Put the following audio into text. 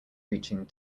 reaching